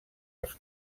els